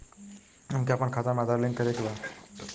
हमके अपना खाता में आधार लिंक करें के बा?